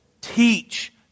Teach